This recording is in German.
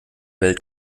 welt